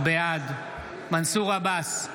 בעד מנסור עבאס,